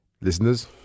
Listeners